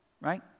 right